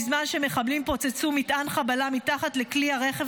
בזמן שמחבלים פוצצו מטען חבלה מתחת לכלי הרכב